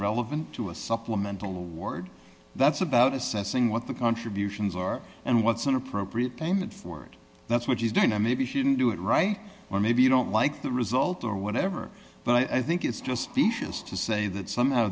relevant to a supplemental award that's about assessing what the contributions are and what's an appropriate payment for it that's what she's doing and maybe she didn't do it right or maybe you don't like the result or whatever but i think it's just pieces to say that somehow